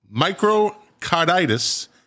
microcarditis